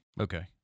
Okay